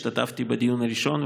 השתתפתי בדיון הראשון,